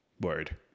Word